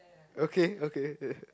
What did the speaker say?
okay okay